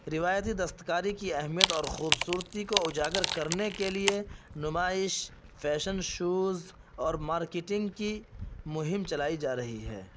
روایتی دستکاری کی اہمیت اور خوبصورتی کو اجاگر کرنے کے لیے نمائش فیشن شوز اور مارکیٹنگ کی مہم چلائی جا رہی ہے